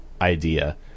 idea